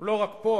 לא רק פה.